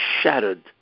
shattered